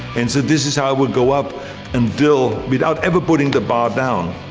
and so this is how i would go up until, without ever putting the bar down,